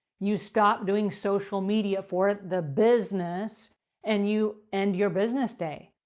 you stop doing social media for the business and you end your business day.